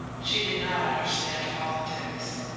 she did not understand politics.